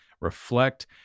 reflect